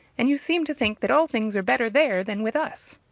and you seem to think that all things are better there than with us.